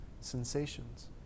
sensations